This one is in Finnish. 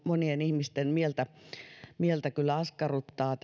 monien ihmisten mieltä mieltä kyllä askarruttaa